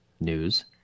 news